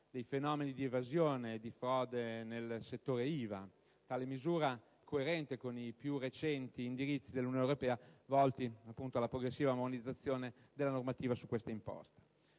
ai fenomeni di evasione e di frode nel settore IVA. Tale misura è coerente con i più recenti indirizzi dell'Unione europea, volti appunto alla progressiva armonizzazione della normativa su tale imposta.